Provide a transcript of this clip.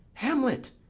hamlet!